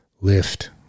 Lift